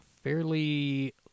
Fairly